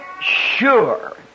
sure